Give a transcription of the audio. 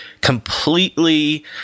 completely